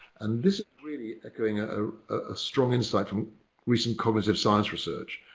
and this really, echoing a ah ah strong insight from recent cognitive science research.